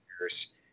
years